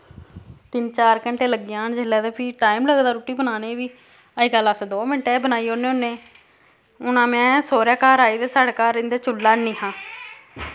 तिन्न चार घैंटे लग्गी जान जिसलै ते फ्ही टाइम लगदा रुट्टी बनाने बी अजकल्ल अस दो मैंटें बनाई ओड़ने होन्ने हुन में सौह्रे घर आई ते साढ़े घर इं'दे चुल्हा हैनी हा